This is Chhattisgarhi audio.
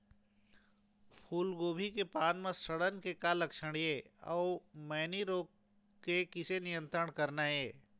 फूलगोभी के पान म सड़न के का लक्षण ये अऊ मैनी रोग के किसे नियंत्रण करना ये?